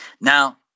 now